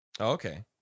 Okay